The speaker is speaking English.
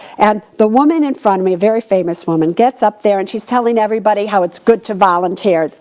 and the woman in front of me, very famous woman, gets up there and she's telling everybody how it's good to volunteer.